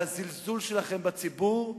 על הזלזול שלכם בציבור,